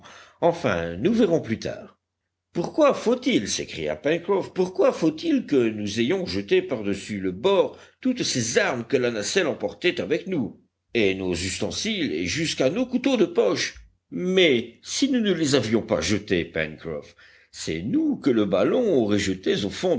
enfin nous verrons plus tard pourquoi faut-il s'écria pencroff pourquoi faut-il que nous ayons jeté par-dessus le bord toutes ces armes que la nacelle emportait avec nous et nos ustensiles et jusqu'à nos couteaux de poche mais si nous ne les avions pas jetés pencroff c'est nous que le ballon aurait jetés au fond